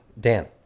Dan